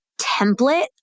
template